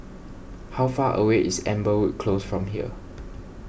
how far away is Amberwood Close from here